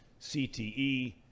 CTE